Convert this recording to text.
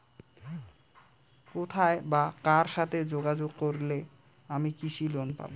কোথায় বা কার সাথে যোগাযোগ করলে আমি কৃষি লোন পাব?